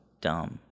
dumb